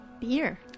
Beer